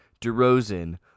DeRozan